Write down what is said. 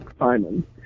Simon